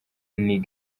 nin